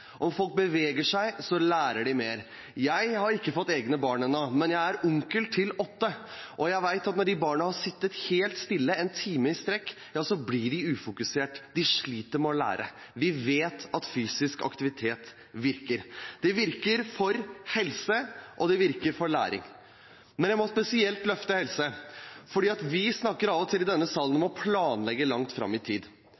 Om folk beveger seg, lærer de mer. Jeg har ikke fått egne barn ennå, men jeg er onkel til åtte, og jeg vet at når de barna har sittet helt stille en time i strekk, blir de ufokusert. De sliter med å lære. Vi vet at fysisk aktivitet virker. Det virker for helse, og det virker for læring, men jeg må spesielt løfte helse, for vi i denne salen snakker av og til om å planlegge langt fram i